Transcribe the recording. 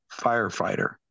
firefighter